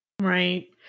Right